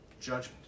judgment